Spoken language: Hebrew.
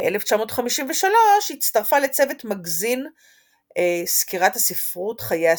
ב-1953 הצטרפה לצוות מגזין סקירת הספרות חיי הספרות,